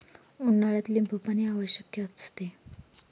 उन्हाळ्यात लिंबूपाणी आवश्यक असते